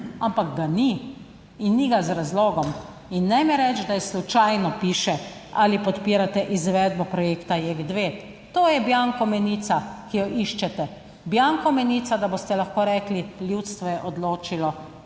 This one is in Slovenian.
ampak ga ni in ni ga z razlogom in ne mi reči, da slučajno piše, ali podpirate izvedbo projekta JEK2, to je bianko menica, ki jo iščete. Bianko menica, da boste lahko rekli, ljudstvo je odločilo,